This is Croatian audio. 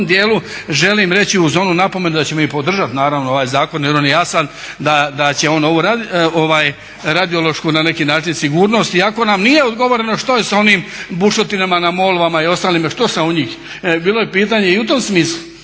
u tom dijelu želim reći uz onu napomenu da ćemo i podržati naravno ovaj zakon jer on je jasan da će on ovu radiološku sigurnost, iako na nije odgovoreno što je sa onim bušotinama na Molvama i ostalima, što se od njih. Bilo je pitanje i u tom smislu